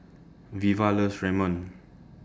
Veva loves Ramyeon